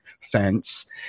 fence